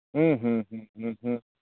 ᱦᱩᱸ ᱦᱩᱸ ᱦᱩᱸ ᱦᱩᱸ ᱦᱩᱸ ᱦᱩᱸ